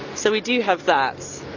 so we do have that.